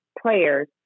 players